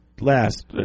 last